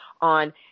on